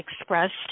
expressed